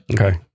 Okay